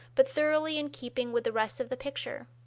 but thoroughly in keeping with the rest of the picture!